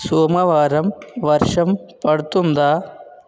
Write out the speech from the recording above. సోమవారం వర్షం పడుతుందా